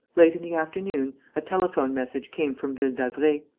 late in the afternoon, a telephone-message came from ville d'avray.